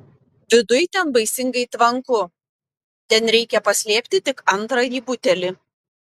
viduj ten baisingai tvanku ten reikia paslėpti tik antrąjį butelį